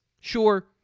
Sure